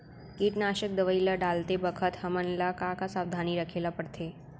कीटनाशक दवई ल डालते बखत हमन ल का का सावधानी रखें ल पड़थे?